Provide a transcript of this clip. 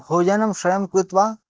भोजनं स्वयं कृत्वा